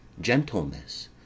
gentleness